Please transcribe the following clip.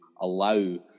allow